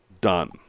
done